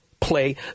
play